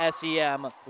SEM